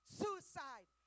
suicide